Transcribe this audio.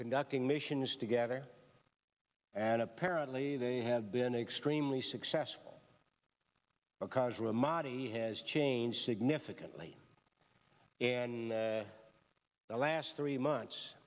conducting missions together and apparently they have been extremely successful because ramadi has changed significantly and the last three months